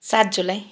सात जुलाई